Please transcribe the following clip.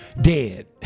dead